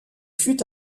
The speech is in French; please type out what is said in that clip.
fut